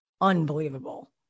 unbelievable